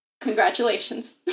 congratulations